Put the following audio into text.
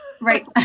Right